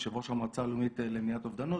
יושב ראש המועצה הלאומית למניעת אובדנות,